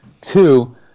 Two